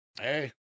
Hey